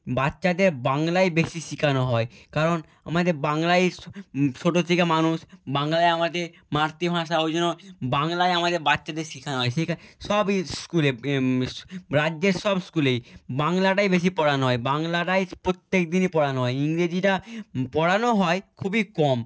বাচ্চাদের বাংলাই বেশি শেখানো হয় কারণ আমাদের বাংলায় ছোটো থেকে মানুষ বাংলাই আমাদের মাতৃভাষা ওই জন্য বাংলাই আমাদের বাচ্চাদের শেখানো হয় শেখা সবই স্কুলে রাজ্যের সব স্কুলেই বাংলাটাই বেশি পড়ানো হয় বাংলাটাই প্রত্যেক দিনই পড়ানো হয় ইংরেজিটা পড়ানো হয় খুবই কম